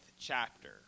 chapter